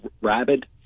rabid